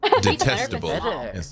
Detestable